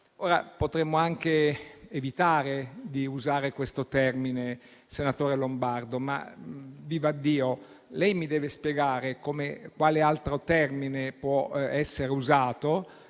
Potremmo anche evitare di usare questo termine, senatore Lombardo, ma - vivaddio - lei mi deve spiegare quale altro termine può essere usato